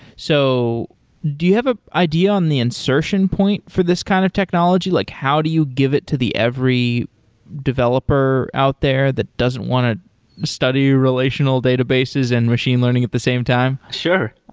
so do you have an ah idea on the insertion point for this kind of technology? like how do you give it to the every developer out there that doesn't want to study relational databases and machine learning at the same time? sure.